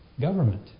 government